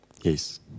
Yes